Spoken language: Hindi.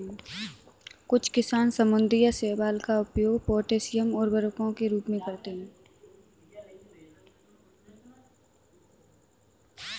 कुछ किसान समुद्री शैवाल का उपयोग पोटेशियम उर्वरकों के रूप में करते हैं